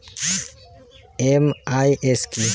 MIS কি?